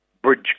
Bridge